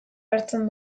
hartzen